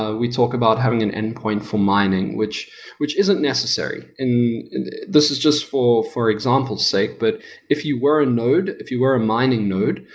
ah we talk about having an endpoint for mining, which which isn't necessary. this is just for for example sake, but if you were a node, if you were a mining node,